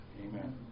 Amen